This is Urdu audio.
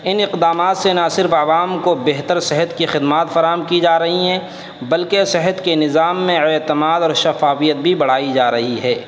ان اقدامات سے نہ صرف عوام کو بہتر صحت کی خدمات فراہم کی جا رہی ہیں بلکہ صحت کے نظام میں اعتماد اور شفافیت بھی بڑھائی جا رہی ہے